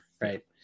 right